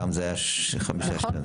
פעם זה היה חמישה --- נכון,